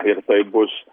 ir tai bus